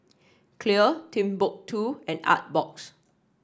Clear Timbuk two and Artbox